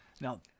Now